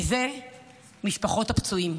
וזה משפחות הפצועים.